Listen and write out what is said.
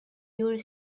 your